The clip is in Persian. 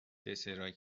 دسرایی